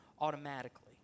automatically